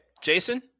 Jason